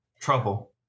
trouble